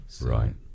Right